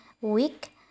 week